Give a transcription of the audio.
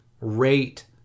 rate